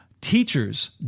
Teachers